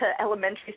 elementary